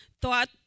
thought